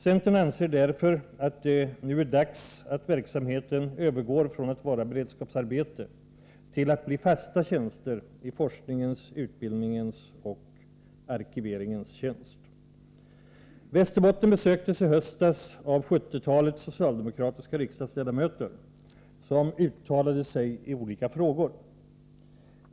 Centern anser därför att det nu är dags att verksamheten övergår från att vara beredskapsarbete till att bli fasta arbeten i forskningens, utbildningens och ”arkiveringens” tjänst. Västerbotten besöktes i höstas av 70-talet socialdemokratiska riksdagsledamöter, som uttalade sig i olika frågor.